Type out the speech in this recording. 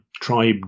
tribe